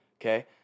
Okay